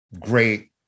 great